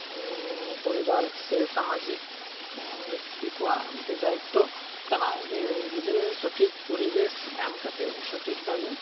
ᱦᱮ ᱯᱚᱨᱤᱵᱟᱨ ᱥᱮ ᱥᱟᱢᱟᱡᱤᱠ ᱵᱮᱠᱛᱤ ᱠᱚᱣᱟᱜ ᱢᱤᱫᱴᱮᱱ ᱫᱟᱭᱤᱛᱛᱚ ᱠᱟᱱᱟ ᱡᱮ ᱜᱤᱫᱽᱨᱟᱹ ᱥᱚᱴᱷᱤᱠ ᱯᱚᱨᱤᱵᱮᱥ ᱮᱢ ᱠᱟᱛᱮᱫ ᱩᱱᱤ ᱥᱚᱴᱷᱤᱠ ᱵᱷᱟᱵᱮ